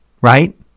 right